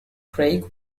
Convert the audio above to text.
craig